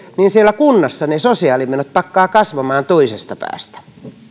niin siellä kunnassa ne sosiaalimenot pakkaavat kasvamaan toisesta päästä